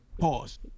Pause